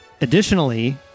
Additionally